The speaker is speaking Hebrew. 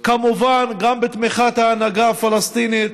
וכמובן גם בתמיכת ההנהגה הפלסטינית,